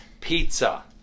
Pizza